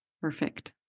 Perfect